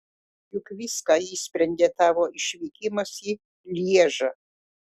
juk viską išsprendė tavo išvykimas į lježą